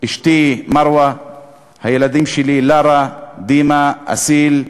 אשתי מרווה, הילדים שלי, לארא, דימא, אסיל,